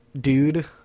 dude